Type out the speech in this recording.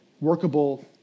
workable